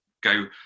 go